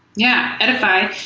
yeah, edify,